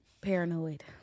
paranoid